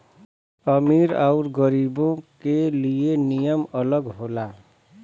अमीर अउर गरीबो के लिए नियम अलग होला